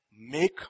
make